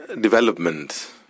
development